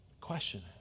question